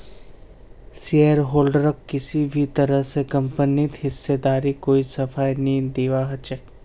शेयरहोल्डरक किसी भी तरह स कम्पनीत हिस्सेदारीर कोई सफाई नी दीबा ह छेक